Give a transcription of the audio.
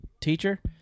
teacher